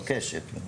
מתבקשת.